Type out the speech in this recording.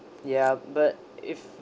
ya but if